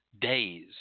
days